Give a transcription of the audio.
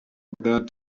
that